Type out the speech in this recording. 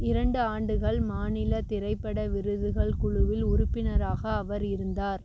இரண்டு ஆண்டுகள் மாநிலத் திரைப்பட விருதுகள் குழுவில் உறுப்பினராக அவர் இருந்தார்